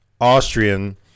Austrian